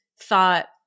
thought